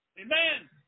Amen